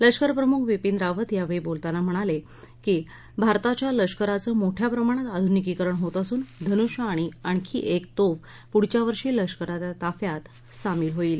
लष्कर प्रमुख बिपीन रावत यांनी यावेळी बोलताना सांगितलं की भारताच्या लष्कराचं मोठ्या प्रमाणात आधूनिकीकरण होत असून धनूष्य आणि आणखी एक तोफ पुढच्या वर्षी लष्कराच्या ताफ्यात सामील होईल